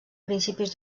principis